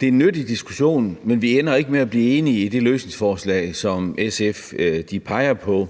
Det er en nyttig diskussion, men vi ender ikke med at blive enige i det løsningsforslag, som SF peger på.